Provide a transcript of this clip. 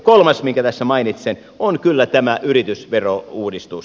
kolmas minkä tässä mainitsen on kyllä tämä yritysverouudistus